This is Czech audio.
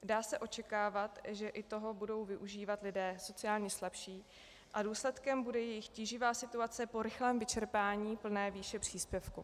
Dá se očekávat, že i toho budou využívat lidé sociálně slabší a důsledkem bude jejich tíživá situace po rychlém vyčerpání plné výše příspěvku.